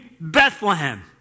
Bethlehem